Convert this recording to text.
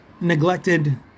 neglected